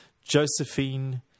Josephine